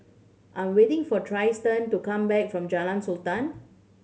I'm waiting for Trystan to come back from Jalan Sultan